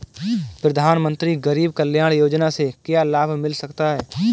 प्रधानमंत्री गरीब कल्याण योजना से क्या लाभ मिल सकता है?